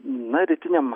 na rytiniam